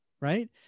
Right